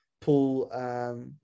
pull